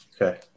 okay